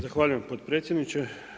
Zahvaljujem potpredsjedniče.